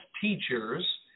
teachers